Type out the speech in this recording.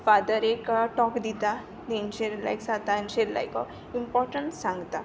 father एक talk दिता तेंचेर लायक सातांचेर लायक इमपोटंट सांगता